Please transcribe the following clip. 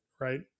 right